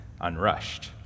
unrushed